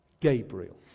gabriel